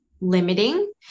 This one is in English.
limiting